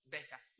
Better